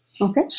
Okay